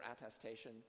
attestation